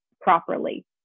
properly